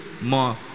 more